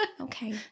Okay